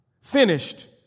finished